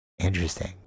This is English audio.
interesting